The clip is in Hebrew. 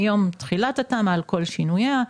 מיום תחילת התמ"א על כל שינוייה.